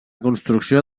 construcció